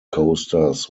coasters